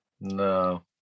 no